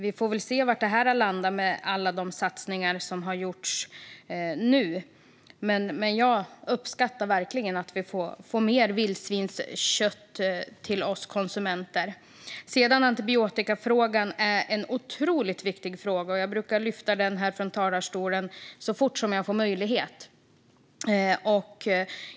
Vi får väl se var det landar med alla de satsningar som har gjorts nu. Men jag uppskattar verkligen att vi får mer vildsvinskött till oss konsumenter. Sedan är antibiotikafrågan en otroligt viktig fråga. Jag brukar lyfta den här från talarstolen så fort jag får möjlighet.